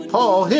Paul